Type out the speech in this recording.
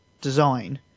design